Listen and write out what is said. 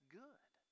good